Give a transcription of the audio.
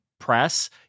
Press